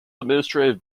administrative